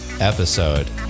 episode